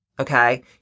okay